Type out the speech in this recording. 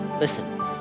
Listen